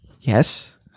Yes